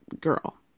girl